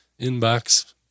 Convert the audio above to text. inbox